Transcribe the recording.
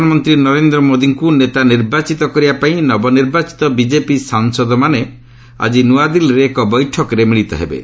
ପ୍ରଧାନମନ୍ତ୍ରୀ ନରେନ୍ଦ୍ର ମୋଦିଙ୍କୁ ନେତା ନିର୍ବାଚିତ କରିବାପାଇଁ ନବ ନିର୍ବାଚିତ ବିଜେପି ସାଂସଦମାନେ ଆଜି ନୂଆଦିଲ୍ଲୀରେ ଏକ ବୈଠକରେ ମିଳିତ ହେବେ